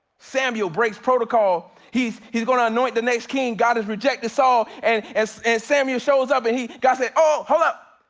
samuel breaks protocol. he's he's gonna anoint the next king, god has rejected saul and samuel shows up and he, god said, oh, hold up,